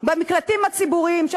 במקלטים הציבוריים,